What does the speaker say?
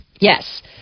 Yes